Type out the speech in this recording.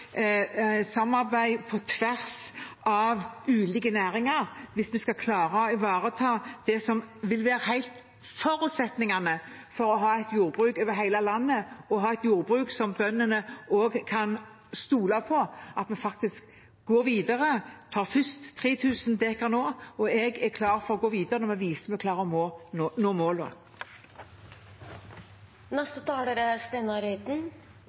samarbeid på tvers av ulike næringer hvis vi skal klare å ivareta det som vil være forutsetningene for å ha et jordbruk over hele landet, og å ha et jordbruk som bøndene også kan stole på at vi faktisk går videre med. Vi tar først 3 000 dekar nå, og jeg er klar for å gå videre når vi viser at vi klarer å nå